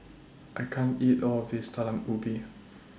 I can't eat All of This Talam Ubi